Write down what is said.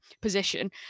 position